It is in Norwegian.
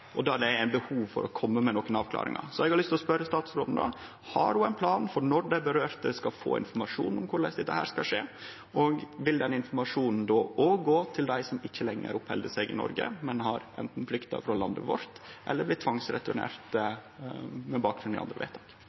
og der det er behov for å kome med nokre avklaringar. Eg har lyst til å spørje statsråden: Har ho ein plan for når dei det gjeld, skal få informasjon om korleis dette skal skje, og vil den informasjonen òg gå til dei som ikkje lenger oppheld seg i Noreg, men har anten flykta frå landet vårt eller er blitt tvangsreturnerte med bakgrunn i andre vedtak?